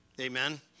Amen